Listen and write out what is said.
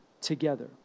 together